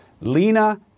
Lena